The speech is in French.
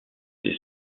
est